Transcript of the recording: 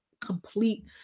complete